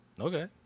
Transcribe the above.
Okay